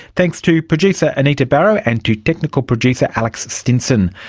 thanks to producer anita barraud and to technical producer alex stinson.